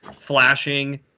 flashing